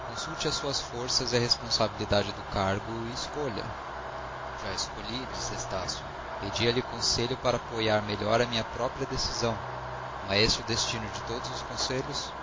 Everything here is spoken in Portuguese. consulte as suas forças e a responsabilidade do cargo e escolha já escolhi disse estácio pedia-lhe conselho para apoiar melhor a minha própria decisão não é esse o destino de todos os conselhos